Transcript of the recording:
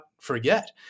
forget